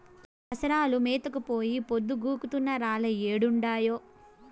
పసరాలు మేతకు పోయి పొద్దు గుంకుతున్నా రాలే ఏడుండాయో